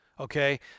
okay